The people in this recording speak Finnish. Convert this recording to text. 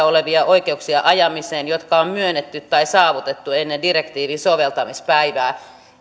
olevia oikeuksia ajamiseen jotka on myönnetty tai saavutettu ennen direktiivin soveltamispäivää